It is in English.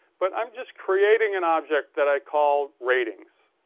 but i'm just creating an object that i call ratings.